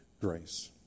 grace